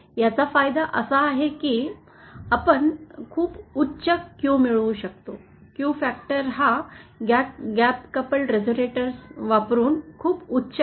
याचा फायदा असा आहे की आपण खूप उच्च Q मिळवू शकतो Q फॅक्टर हा गॅप कप्ड रेझोनेटर वापरून खूप उच्च आहे